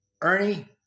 Ernie